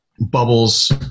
bubbles